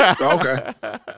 Okay